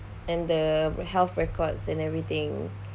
and the health records and everything